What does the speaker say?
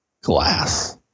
glass